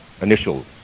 initial